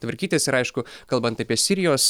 tvarkytis ir aišku kalbant apie sirijos